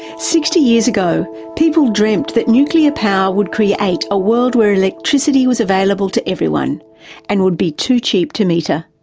sixty years ago, people dreamed that nuclear power would create a world where electricity was available to everyone and would be too cheap to meter.